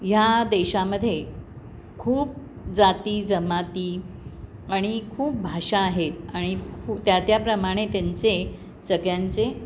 ह्या देशामध्ये खूप जाती जमाती आणि खूप भाषा आहेत आणि खू त्या त्या प्रमाणे त्यांचे सगळ्यांचे